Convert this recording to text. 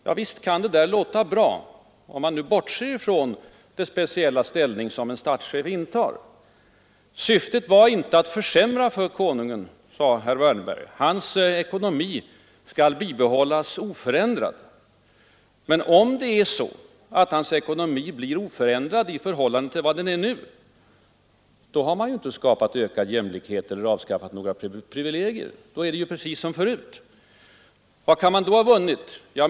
Ja, visst kan det låta bra, om man nu bortser från den speciella ställning som en statschef intar. Syftet var inte att försämra för Konungen, sade herr Wärnberg, hans ekonomi skall bibehållas oförändrad. Men om hans ekonomi blir oförändrad i förhållande till vad den är nu, då har man inte skapat ökad jämlikhet eller avskaffat några privilegier. Då är ju situationen precis densamma som förut. Vad kan man då ha vunnit?